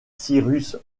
cyrus